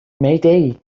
mayday